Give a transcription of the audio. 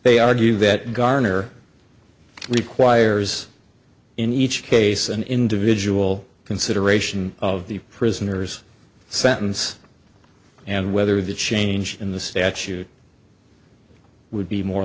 they argue that garner requires in each case an individual consideration of the prisoner's sentence and whether the change in the statute would be more